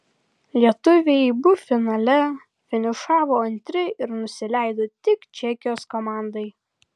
lietuviai b finale finišavo antri ir nusileido tik čekijos komandai